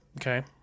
Okay